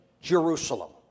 Jerusalem